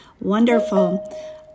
Wonderful